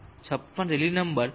56 rally number 0